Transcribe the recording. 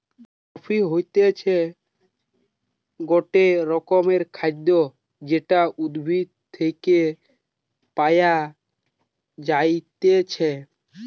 coffee হতিছে গটে রকমের খাদ্য যেটা উদ্ভিদ থেকে পায়া যাইতেছে